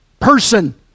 person